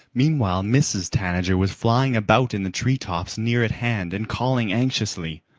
meanwhile mrs. tanager was flying about in the tree tops near at hand and calling anxiously.